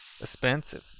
Expensive